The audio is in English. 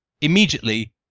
immediately